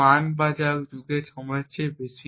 মান যা যুগের সময়ের চেয়ে বেশি